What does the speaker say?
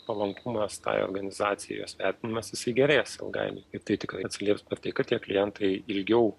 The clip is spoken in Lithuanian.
palankumas tai organizacijai jos vertinimas jisai gerės ilgainiui ir tai tikrai atsilieps ar tai kad tie klientai ilgiau